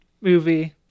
movie